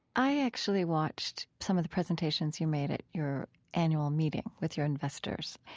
i actually watched some of the presentations you made at your annual meeting with your investors.